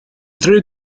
ddrwg